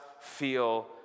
feel